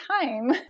time